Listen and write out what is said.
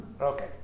Okay